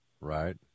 Right